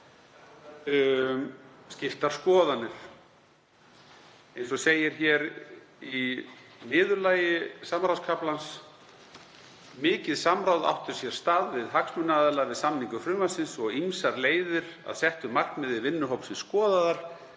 skiptar skoðanir, eins og segir hér í niðurlagi samráðskaflans: „Mikið samráð átti sér stað við hagsmunaaðila við samningu frumvarpsins og ýmsar leiðir að settu markmiði vinnuhópsins skoðaðar.